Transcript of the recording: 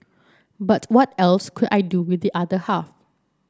but what else could I do with the other half